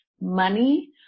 money